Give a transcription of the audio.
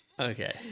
okay